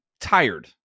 tired